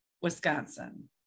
Wisconsin